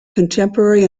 contemporary